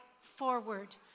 forward